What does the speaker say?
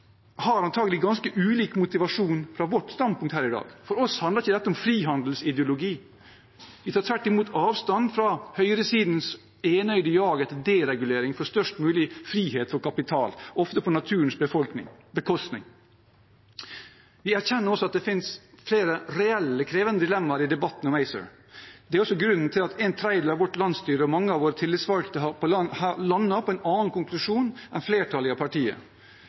har antakelig ganske ulik motivasjon. Fra vårt standpunkt her i dag handler ikke dette for oss om frihandelsideologi. Vi tar tvert imot avstand fra høyresidens enøyde jag etter deregulering for størst mulig frihet for kapital, ofte på naturens bekostning. Vi erkjenner også at det finnes flere reelle, krevende dilemmaer i debatten om ACER. Det er også grunnen til at en tredjedel av vårt landsstyre og mange av våre tillitsvalgte har landet på en annen konklusjon enn flertallet i partiet.